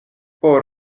por